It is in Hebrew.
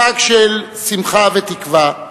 חג של שמחה ותקווה,